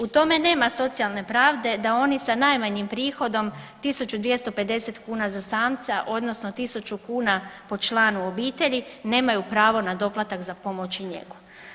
U tome nema socijalne pravde, da oni sa najmanjim prihodom 1250 kuna za samca, odnosno 1000 kuna po članu obitelji nemaju pravo na doplatak za pomoć i njegu.